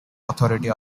authority